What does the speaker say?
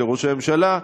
לראש הממשלה,